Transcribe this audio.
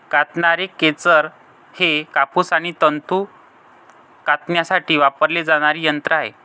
कातणारे खेचर हे कापूस आणि तंतू कातण्यासाठी वापरले जाणारे यंत्र आहे